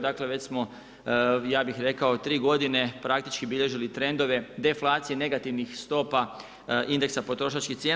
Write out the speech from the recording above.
Dakle, već smo ja bih rekao tri godine praktički bilježili trendove deflacije negativnih stopa indeksa potrošačkih cijena.